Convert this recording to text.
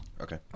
Okay